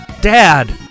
Dad